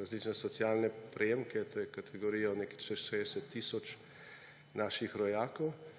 različne socialne prejemke, to je kategorija nekaj čez 60 tisoč naših rojakov,